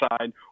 side